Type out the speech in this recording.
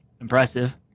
impressive